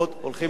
הולכים לנשיא,